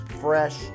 fresh